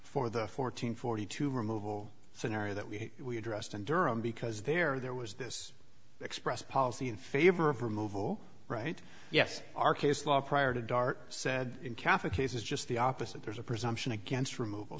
for the fourteen forty two removal scenario that we dressed in durham because there there was this expressed policy in favor of removal right yes our case law prior to dart said in catholic cases just the opposite there's a presumption against